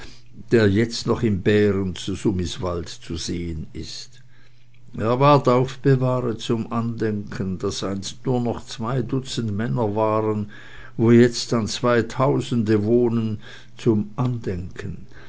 der jetzt noch im bären zu sumiswald zu sehen ist er ward aufbewahret zum andenken daß einst nur noch zwei dutzend männer waren wo jetzt an zwei tausende wohnen zum andenken